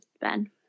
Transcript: Ben